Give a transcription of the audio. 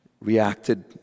reacted